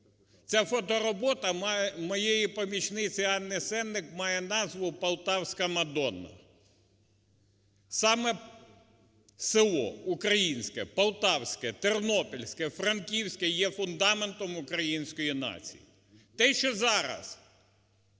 Ця фоторобота моєї помічниці Анни Сеник має назву "Полтавська Мадонна". Саме село українське, полтавське, тернопільське, франківське є фундаментом української нації. Те, що зараз